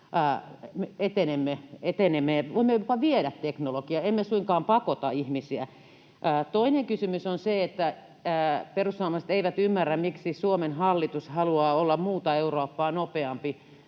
etenemme, voimme jopa viedä teknologiaa, emme suinkaan pakota ihmisiä. Toinen kysymys on se, että perussuomalaiset eivät ymmärrä, miksi Suomen hallitus haluaa olla muuta Eurooppaa nopeampi